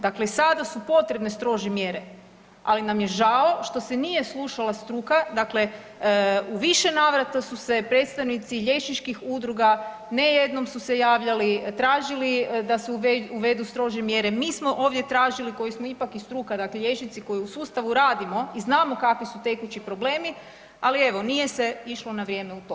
Dakle, sada su potrebne strože mjere, ali nam je žao što se nije slušala struka, dakle u više navrata su se predstavnici liječničkih udruga, ne jednom su se javljali, tražili da se uvedu strože mjere, mi smo ovdje tražili koji smo ipak i struka, dakle liječnici koji u sustavu radimo i znamo kakvi su tekući problemi, ali evo nije se išlo na vrijeme u to.